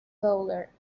bowler